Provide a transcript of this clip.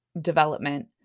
development